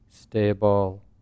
stable